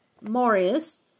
Marius